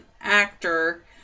actor